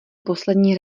poslední